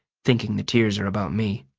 thinking the tears are about me.